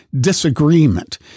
disagreement